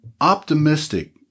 optimistic